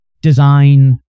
design